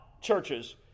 churches